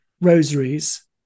rosaries